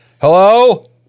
Hello